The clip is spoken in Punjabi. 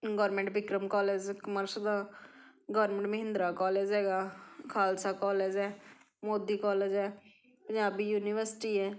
ਗੌਰਮਿੰਟ ਬਿਕਰਮ ਕੋਲੇਜ਼ ਕਾਮਰਸ ਦਾ ਗੌਰਮਿੰਟ ਮਹਿੰਦਰਾ ਕੋਲੇਜ ਹੈਗਾ ਖਾਲਸਾ ਕੋਲੇਜ ਹੈ ਮੋਦੀ ਕੋਲੇਜ ਹੈ ਪੰਜਾਬੀ ਯੂਨੀਵਰਸਿਟੀ ਹੈ